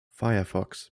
firefox